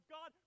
God